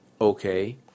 Okay